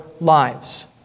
lives